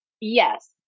yes